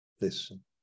listen